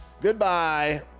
Goodbye